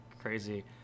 crazy